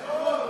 מאוד.